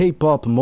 K-pop